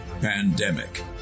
Pandemic